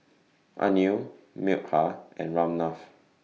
Anil Milkha and Ramnath